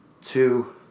two